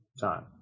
time